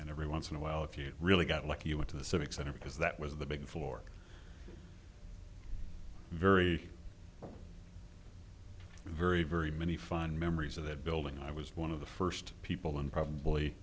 and every once in a while if you really got lucky you went to the civic center because that was the big floor very very very many fond memories of that building i was one of the first people in probably